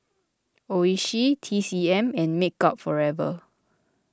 Oishi T C M and Makeup Forever